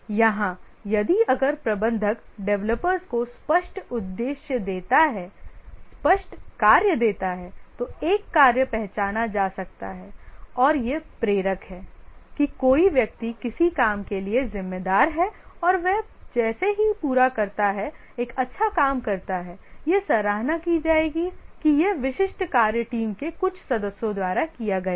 यहां यदि अगर प्रबंधक डेवलपर्स को स्पष्ट उद्देश्य देता है स्पष्ट कार्य देता है तो एक कार्य पहचाना जा सकता है और यह प्रेरक है कि कोई व्यक्ति किसी काम के लिए ज़िम्मेदार है और वह जैसे ही पूरा करता है एक अच्छा काम करता है यह सराहना की जाएगी कि यह विशिष्ट कार्य टीम के कुछ सदस्यों द्वारा किया गया है